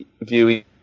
view